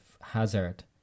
hazard